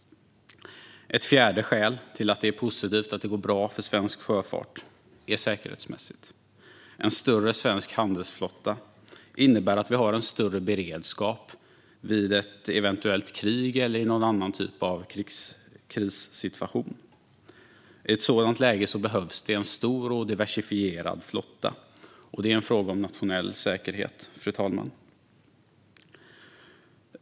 Ett fjärde skäl till att det är positivt att det går bra för svensk sjöfart gäller säkerheten. En större svensk handelsflotta innebär att vi har en större beredskap vid ett eventuellt krig eller i någon annan typ av krissituation. I ett sådant läge behövs en stor och diversifierad flotta. Detta är en fråga om nationell säkerhet, fru talman.